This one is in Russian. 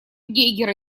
гейгера